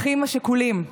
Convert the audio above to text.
האחים השכולים.